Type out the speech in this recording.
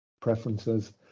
preferences